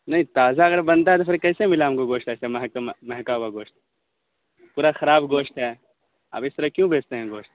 نہیں تازہ اگر بنتا ہے تو پھر کیسے ملا ہم کو گوشت ایسا مہکتا مہکا ہوا گوشت پورا خراب گوشت ہے آپ اس طرح کیوں بیچتے ہیں گوشت